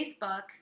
Facebook